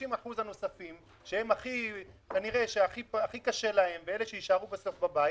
במחזור שלהם מעל 25%. והם גם השאירו את העובדים,